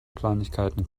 kleinigkeiten